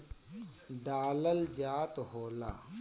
swimming पुलवा में एके डालल जात हउवे